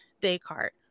Descartes